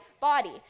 body